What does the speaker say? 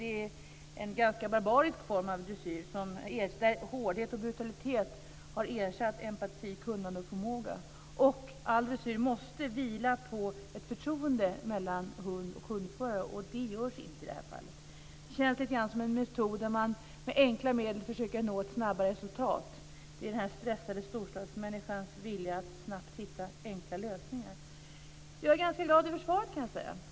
Det är en ganska barbarisk form av dressyr, där hårdhet och brutalitet har ersatt empati, kunnande och förmåga. All dressyr måste vila på ett förtroende mellan hund och hundförare, och så är det inte i det här fallet. Det känns lite grann som en metod där man med enkla medel försöker nå ett snabbare resultat. Det är den stressade storstadsmänniskans vilja att snabbt hitta enkla lösningar. Jag är ganska glad över svaret, kan jag säga.